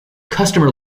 customer